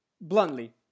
bluntly